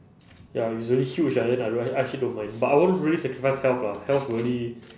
ya if it's really huge ah then I rea~ I actually don't mind but I won't really sacrifice health lah health really